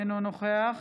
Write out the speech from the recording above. אינו נוכח